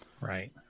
Right